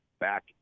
back